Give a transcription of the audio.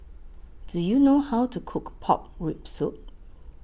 Do YOU know How to Cook Pork Rib Soup